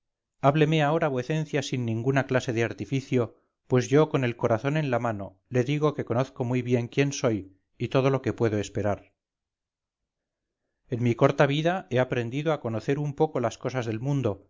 hábleme ahora vuecencia sin ninguna clase de artificio pues yo con el corazón en la mano le digo que conozco muy bien quién soy y todo lo que puedo esperar en mi corta vida he aprendido a conocer un poco las cosas del mundo